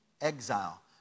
exile